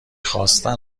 خواستن